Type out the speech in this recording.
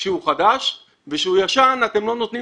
כשהוא חדש אך כשהוא ישן אתם לא נותנים